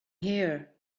here